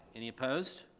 any opposed?